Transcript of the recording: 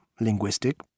linguistic